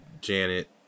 Janet